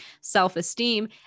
self-esteem